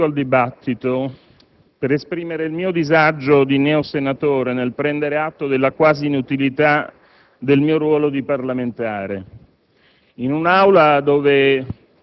Presidente, intervengo nel dibattito per esprimere il mio disagio di neosenatore nel prendere atto della quasi inutilità del mio ruolo di parlamentare